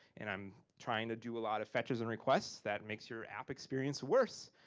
and i'm trying to do a lot of fetches and requests that makes your app experience worse.